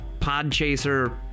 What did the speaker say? podchaser